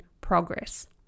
progress